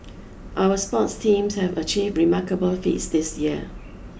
our sports teams have achieved remarkable feats this year